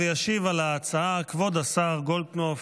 ישיב על ההצעה כבוד השר גולדקנופ